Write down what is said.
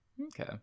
Okay